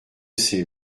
c’est